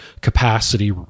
capacity